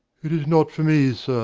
it is not for me, sir,